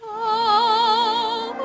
oh